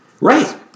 Right